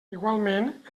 igualment